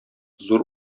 зур